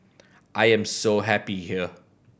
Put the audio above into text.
I am so happy here